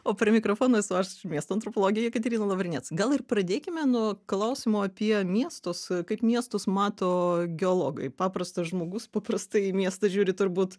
o prie mikrofono esu aš miesto antropologė jekaterina lavrinec gal ir pradėkime nuo klausimo apie miestus kaip miestus mato geologai paprastas žmogus paprastai į miestą žiūri turbūt